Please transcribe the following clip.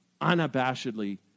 unabashedly